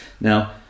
Now